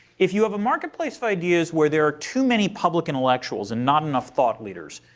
if you have a marketplace of ideas where there are too many public intellectuals and not enough thought leaders,